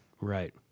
Right